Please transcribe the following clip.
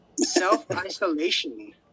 Self-isolation